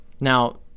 Now